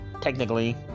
technically